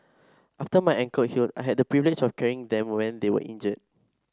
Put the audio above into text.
after my ankle healed I had the privilege of carrying them when they were injured